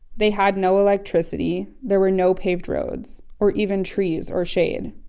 they had no electricity, there were no paved roads, or even trees or shade.